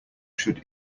should